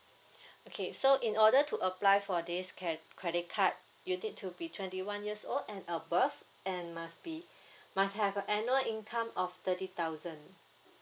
okay so in order to apply for this cre~ credit card you need to be twenty one years old and above and must be must have a annual income of thirty thousand